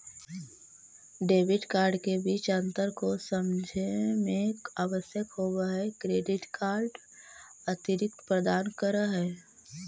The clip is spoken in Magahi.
डेबिट कार्ड के बीच अंतर को समझे मे आवश्यक होव है क्रेडिट कार्ड अतिरिक्त प्रदान कर है?